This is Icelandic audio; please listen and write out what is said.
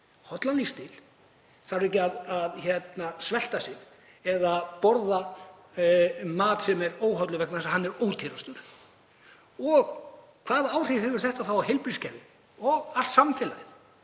hollan lífsstíl, þurfi ekki að svelta sig eða borða mat sem er óhollur vegna þess að hann er ódýrastur? Og hvaða áhrif hefur þetta þá á heilbrigðiskerfið og allt samfélagið?